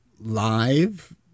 live